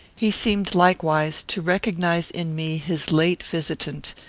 he seemed likewise to recognise in me his late visitant,